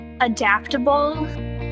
adaptable